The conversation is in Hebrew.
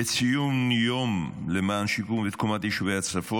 בציון יום למען שיקום ותקומת יישובי הצפון,